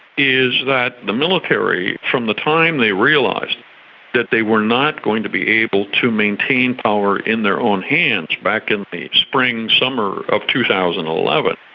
is that the military from the time they realised that they were not going to be able to maintain power in their own hands back in the spring summer of two thousand and eleven,